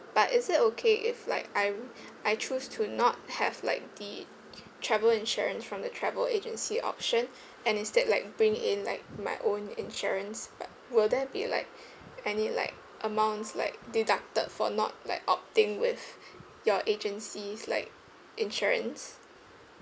but is it okay if like I'm I choose to not have like the travel insurance from the travel agency option and instead like bring in like my own insurance will there be like any like amounts like deducted for not like opting with your agency's like insurance